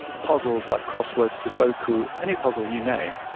puzzles like crossword, sudoku, any puzzle you name,